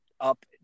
up